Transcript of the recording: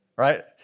Right